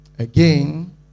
Again